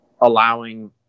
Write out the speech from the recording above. Allowing